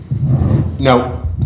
No